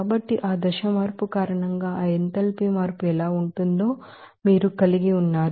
కాబట్టి ఆ దశ మార్పు కారణంగా ఆ ఎంథాల్పీ మార్పు ఎలా ఉంటుందో మీరు కలిగి ఉన్నారు